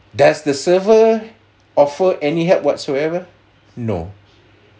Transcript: does the server offer any help whatsoever no